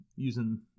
Using